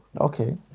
Okay